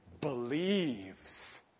Believes